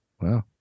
Wow